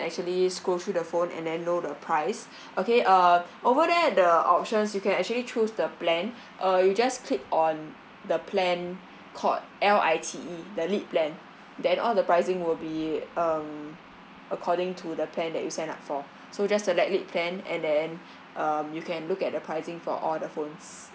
actually scroll through the phone and then know the price okay uh over there at the options you can actually choose the plan uh you just click on the plan called L I T E the lit plan then all the pricing will be um according to the plan that you sign up for so just select lit plan and then um you can look at the pricing for all the phones